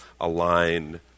align